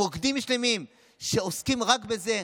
מוקדים שלמים שעוסקים רק בזה.